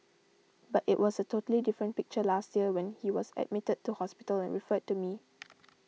but it was a totally different picture last year when he was admitted to hospital and referred to me